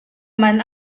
man